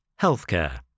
Healthcare